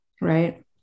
right